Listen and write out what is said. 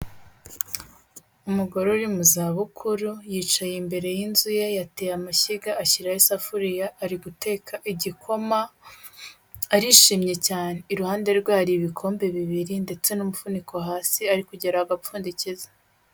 Umugore uri mu zabukuru yicaye imbere y'inzu ye, yateye amashyiga, ashyiraraho isafuriya, ari guteka igikoma, arishimye cyane, iruhande rwe hari ibikombe bibiri ndetse n'umufuniko hasi ari kugera aho agapfundikiza.